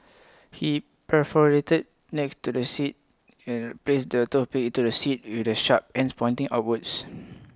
he perforated next to the seat placed the toothpicks into the seat with the sharp ends pointing upwards